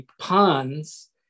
ponds